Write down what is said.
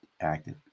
active